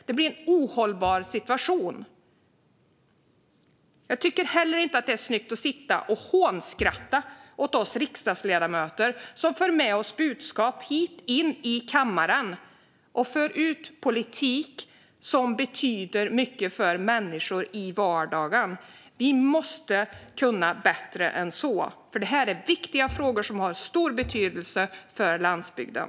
Det blir en ohållbar situation. Jag tycker heller inte att det är snyggt att sitta och hånskratta åt oss riksdagsledamöter, som för med oss budskap hit in i kammaren och för ut politik som betyder mycket för människor i vardagen. Vi måste kunna bättre än så, för detta är viktiga frågor som har stor betydelse för landsbygden.